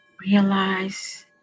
realize